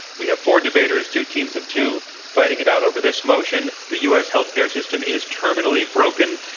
we have four debaters, two teams of two fighting it out over this motion the us healthcare system is terminally broken.